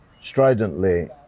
stridently